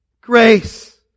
Grace